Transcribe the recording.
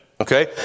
Okay